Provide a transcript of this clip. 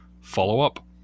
follow-up